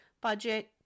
budget